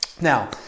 Now